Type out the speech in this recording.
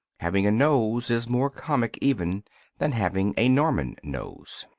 having a nose is more comic even than having a norman nose.